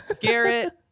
Garrett